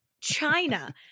China